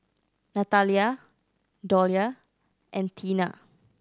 Natalya Dollye and Teena